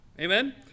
Amen